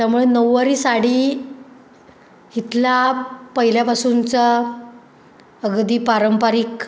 त्यामुळे नऊवारी साडी इथला पहिल्यापासूनचा अगदी पारंपरिक